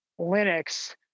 Linux